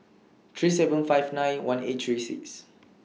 three seven five nine one eight three six